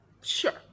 Sure